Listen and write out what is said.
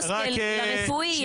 בתקנון הכנסת יש גם הבחנה ברורה.